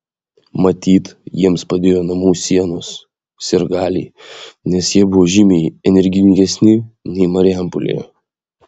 matyt jiems padėjo namų sienos sirgaliai nes jie buvo žymiai energingesni nei marijampolėje